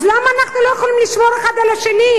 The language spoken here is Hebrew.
אז למה אנחנו לא יכולים לשמור אחד על השני?